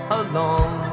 alone